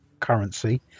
currency